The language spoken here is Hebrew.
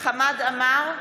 חמד עמאר,